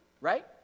Right